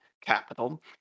capital